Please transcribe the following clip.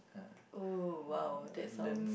oh !wow! that sounds